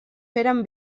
feren